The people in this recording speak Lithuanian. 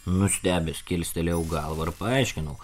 nustebęs kilstelėjau galvą ir paaiškinau